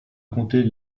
raconter